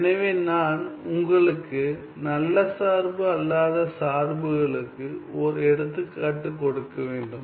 எனவே நான் உங்களுக்கு நல்ல சார்பு அல்லாத சார்புகளுக்கு ஓர் எடுத்துக்காட்டு கொடுக்க வேண்டும்